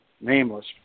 nameless